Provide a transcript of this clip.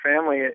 family